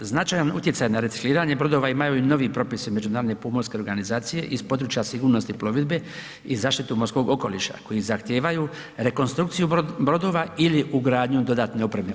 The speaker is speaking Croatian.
Značajan utjecaj na recikliranje brodova imaju i novi propisi Međunarodne pomorske organizacije iz područja sigurnosti plovidbe i zaštitu morskog okoliša koji zahtijevaju rekonstrukciju brodova ili ugradnju dodatne opreme.